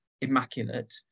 immaculate